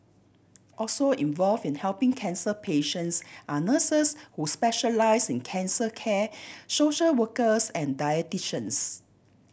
also involve in helping cancer patients are nurses who specialise in cancer care social workers and dietitians